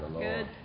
good